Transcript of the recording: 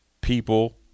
people